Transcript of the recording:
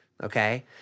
okay